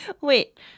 Wait